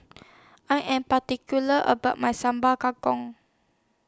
I Am particular about My Sambal Kangkong